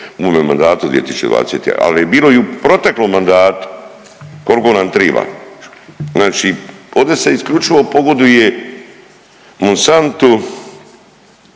u ovome mandatu 2020., ali bilo je u proteklom mandatu koliko nam triba. Znači, ovdje se isključivo pogoduje Monsantu